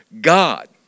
God